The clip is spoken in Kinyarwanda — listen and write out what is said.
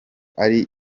ari